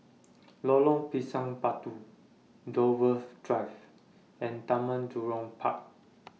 Lorong Pisang Batu Dover Drive and Taman Jurong Park